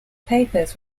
papers